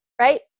right